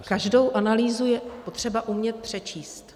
Každou analýzu je potřeba umět přečíst.